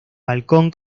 balcón